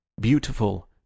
beautiful